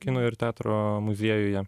kino ir teatro muziejuje